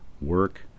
work